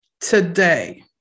today